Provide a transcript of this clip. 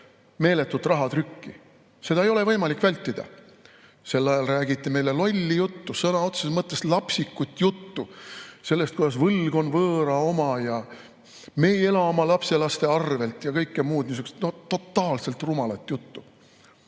meeletut rahatrükki, seda ei ole võimalik vältida, sel ajal räägiti meile lolli juttu, sõna otseses mõttes lapsikut juttu sellest, kuidas võlg on võõra oma ja me ei ela oma lapselaste arvelt ja kõike muud niisugust totaalselt rumalat juttu.